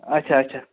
اچھا اچھا